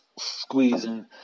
squeezing